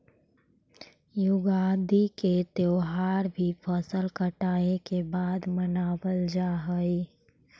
युगादि के त्यौहार भी फसल कटाई के बाद मनावल जा हइ